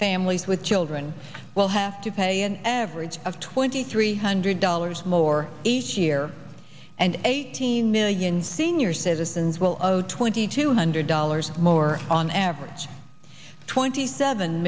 families with children will have to pay an average of twenty three hundred dollars more each year and eighteen million senior citizens will owe twenty two hundred dollars more on average twenty seven